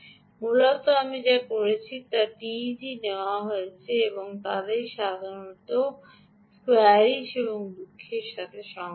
মূলত আমি যা করেছি তা টিইজি নেওয়া হয়েছে যা ধরণের স্কোয়ারিশ এবং দুঃখের সাথে সংযুক্ত